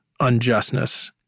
unjustness